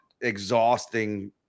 exhausting